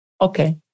okay